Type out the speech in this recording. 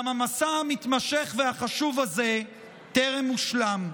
ואולם, המסע המתמשך והחשוב זה טרם הושלם.